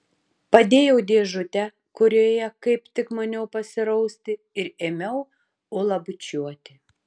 padėjau dėžutę kurioje kaip tik maniau pasirausti ir ėmiau ulą bučiuoti